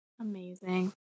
Amazing